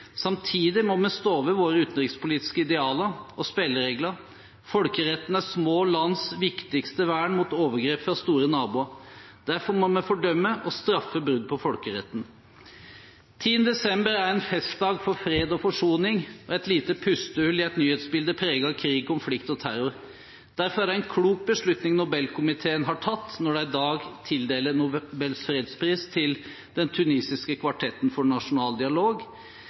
Samtidig må vi stå ved våre utenrikspolitiske idealer og spilleregler. Folkeretten er små lands viktigste vern mot overgrep fra store naboer. Derfor må vi fordømme og straffe brudd på folkeretten. 10. desember er en festdag for fred og forsoning og et lite pustehull i et nyhetsbilde preget av krig, konflikt og terror. Derfor er det en klok beslutning Nobelkomiteen har tatt når de i dag tildeler Nobels fredspris til den tunisiske Kvartetten for nasjonal dialog.